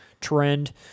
trend